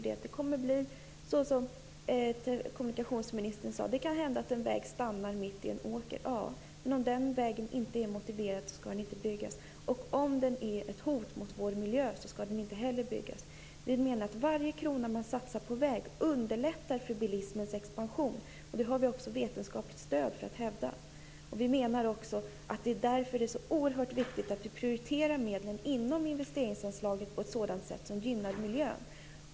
Det kommer att bli så som kommunikationsministern sade, att det kan hända att en väg stannar mitt i en åker. Om den vägen inte är motiverad skall den inte byggas. Om den är ett hot mot vår miljö skall den inte heller byggas. Vi menar att varje krona man satsar på väg underlättar för bilismens expansion. Det har vi vetenskapligt stöd för att hävda. Vi menar också att det därför är så oerhört viktigt att prioritera medlen inom investeringsanslaget på ett sådant sätt att det gynnar miljön.